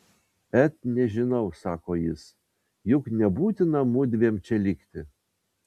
et nežinau sako jis juk nebūtina mudviem čia likti